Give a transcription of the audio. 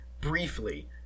briefly